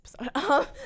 episode